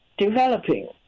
developing